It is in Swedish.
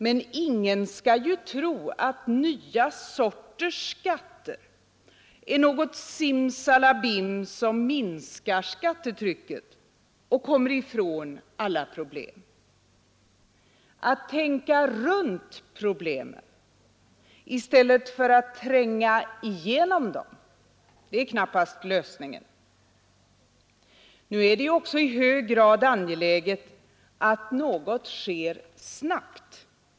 Men ingen skall ju tro att nya sorters skatter är något simsalabim som minskar skattetrycket och gör att vi kommer ifrån alla problem. Att tänka runt problemen i stället för att tränga igenom dem är knappast lösningen. Nu är det ju också i hög grad angeläget att något sker snabbt.